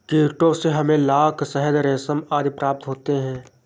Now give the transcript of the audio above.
कीटों से हमें लाख, शहद, रेशम आदि प्राप्त होते हैं